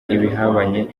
ibihabanye